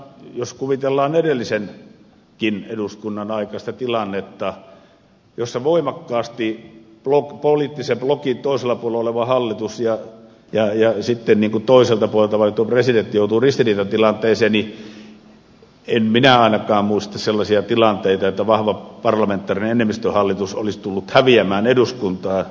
jos kuvitellaan edellisenkin eduskunnan aikaista tilannetta jossa voimakkaasti poliittisen blokin toisella puolella oleva hallitus ja sitten niin kuin toiselta puolelta valittu presidentti joutuvat ristiriitatilanteeseen niin en minä ainakaan muista sellaisia tilanteita että vahva parlamentaarinen enemmistöhallitus olisi tullut häviämään eduskuntaan